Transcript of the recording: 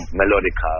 melodic